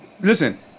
Listen